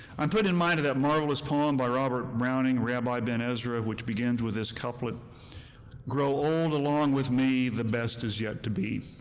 i am put in mind of that marvelous poem by robert browning, rabbi ben ezra, which begins with this couplet grow old along with me! the best is yet to be.